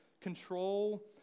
control